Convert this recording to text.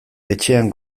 etxean